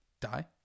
Die